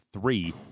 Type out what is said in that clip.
three